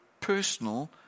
personal